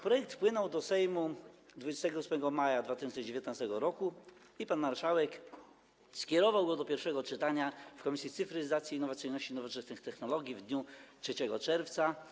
Projekt wpłynął do Sejmu 28 maja 2019 r. i pan marszałek skierował go do pierwszego czytania w Komisji Cyfryzacji, Innowacyjności i Nowoczesnych Technologii w dniu 3 czerwca.